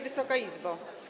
Wysoka Izbo!